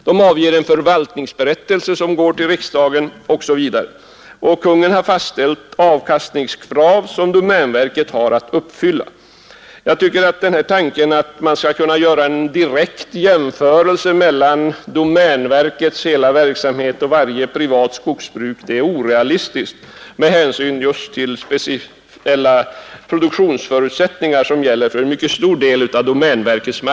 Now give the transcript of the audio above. Verket avger en förvaltningsberättelse som går till riksdagen osv. Kungl. Maj:t har fastställt avkastningskrav som domänverket har att uppfylla. Tanken att man skall kunna göra en direkt jämförelse mellan domänverkets hela verksamhet och varje privat skogsbruk är orealistisk med hänsyn just till de speciella produktions förutsättningar som gäller för en mycket stor del av domänverkets mark.